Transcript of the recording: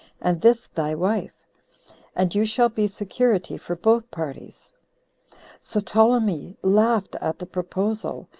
and this thy wife and you shall be security for both parties so ptolemy laughed at the proposal,